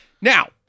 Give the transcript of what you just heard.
Now